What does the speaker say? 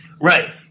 right